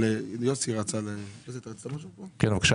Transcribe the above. אדוני